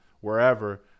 wherever